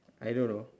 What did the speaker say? I don't know